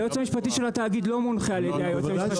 היועץ המשפטי של התאגיד לא מונחה על ידי היועץ המשפטי לממשלה.